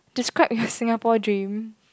describe your Singapore dream